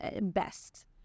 best